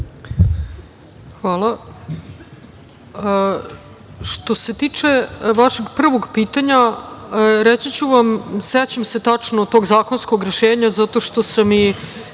Hvala. Što se tiče vašeg prvog pitanja, reći ću vam, sećam se tačno tog zakonskog rešenja zato što sam